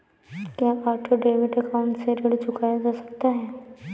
क्या auto debit account से ऋण चुकाया जा सकता है?